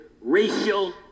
racial